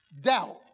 Doubt